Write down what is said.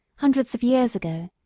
hundreds of years ago,